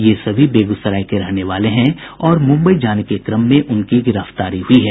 ये सभी बेग्सराय के रहने वाले हैं और मुम्बई जाने के क्रम में उनकी गिरफ्तारी हुई है